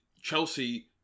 Chelsea